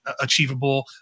achievable